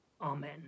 Amen